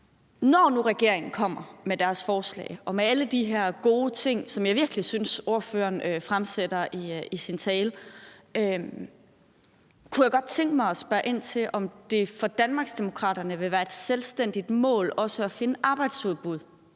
Når nu regeringen kommer med deres forslag og der er alle de her gode ting, som jeg virkelig synes ordføreren fremhæver i sin tale, kunne jeg godt tænke mig at spørge ind til, om det fra Danmarksdemokraterne side også vil være et selvstændigt mål at finde arbejdsudbud,